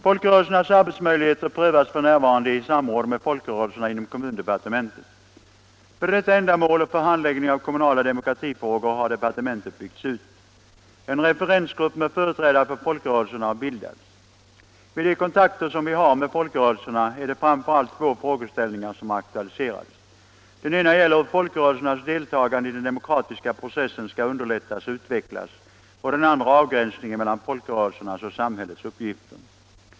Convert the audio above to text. Folkrörelsernas arbetsmöjligheter prövas f. n. inom kommundepartementet i samråd med folkrörelserna. För detta ändamål och för handläggningen av kommunala demokratifrågor har departementet byggts ut. En referensgrupp med företrädare för folkrörelserna har bildats. Vid de kontakter, som vi har med folkrörelserna, är det framför allt två frågeställningar som har aktualiserats. Den ena gäller hur folkrörelsernas deltagande i den demokratiska processen skall kunna underlättas och utvecklas och den andra avgränsningen mellan folkrörelsernas och samhällets uppgifter.